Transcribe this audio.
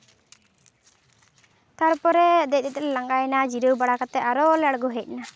ᱛᱟᱨᱯᱚᱨᱮ ᱫᱮᱡ ᱫᱮᱡ ᱛᱮᱞᱮ ᱞᱟᱸᱜᱟᱭᱱᱟ ᱡᱤᱨᱟᱹᱣ ᱵᱟᱲᱟ ᱠᱟᱛᱮ ᱟᱨᱚᱞᱮ ᱟᱬᱜᱚ ᱦᱮᱡ ᱮᱱᱟ